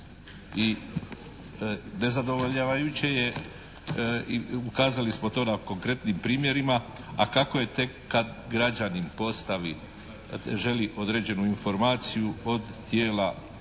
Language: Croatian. i nezadovoljavajuće je i ukazali smo to na konkretnim primjerima, a kako je tek kad građanin postavi, želi određenu informaciju od tijela sa